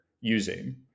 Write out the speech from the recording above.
using